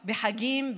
בחגים,